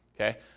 Okay